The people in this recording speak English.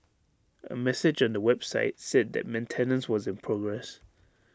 A message on the website said that maintenance was in progress